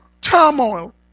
turmoil